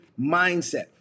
mindset